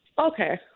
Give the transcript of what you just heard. Okay